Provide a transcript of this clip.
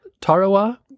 Tarawa